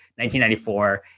1994